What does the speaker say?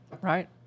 Right